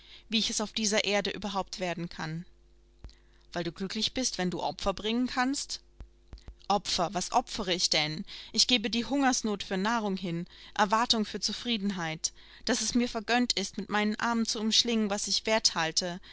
wie ich es auf dieser erde überhaupt werden kann weil du glücklich bist wenn du opfer bringen kannst opfer was opfere ich denn ich gebe die hungersnot für nahrung hin erwartung für zufriedenheit daß es mir vergönnt ist mit meinen armen zu umschlingen was ich